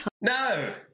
No